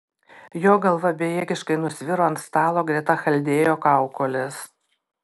jo galva bejėgiškai nusviro ant stalo greta chaldėjo kaukolės